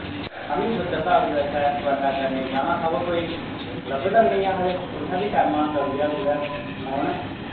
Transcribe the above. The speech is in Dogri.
अमी सोचा ' रदा हा कुदै सैर सपाटा करनें ई जाना हा बो कोई लब्भदा गै निं तुसेंई बी टैमै दा कुदै फोन